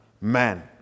man